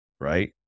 right